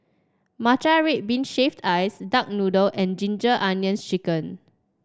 Matcha Red Bean Shaved Ice Duck Noodle and Ginger Onions chicken